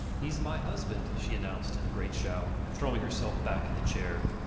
hes my husband, she announced in a great shout, throwing herself back in the chair.